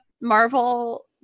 Marvel